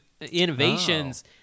innovations